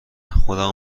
خودمو